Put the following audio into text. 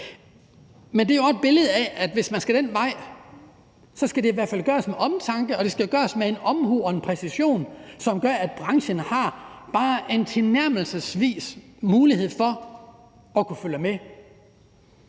Men det er jo også et billede af, at hvis man skal den vej, skal det i hvert fald gøres med omtanke, og det skal gøres med en omhu og en præcision, som gør, at branchen bare tilnærmelsesvis har en mulighed for at kunne følge med.